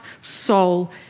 soul